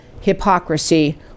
hypocrisy